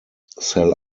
sell